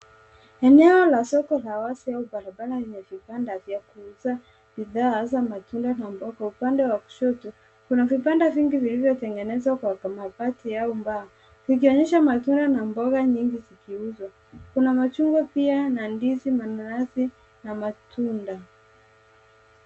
Eneo la soko la wazi au barabara lenye vibanda vya wazi vya kuuza bidhaa za matunda na mboga . Upande wa kushoto kuna vibanda vilivyotengenezwa kwa mabati au mbao vikionyesha matunda na mboga nyingi zikiuzwa. Kuna machungu pia na mandizi, mananasi na matunda.